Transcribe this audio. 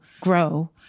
grow